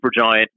supergiant